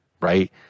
right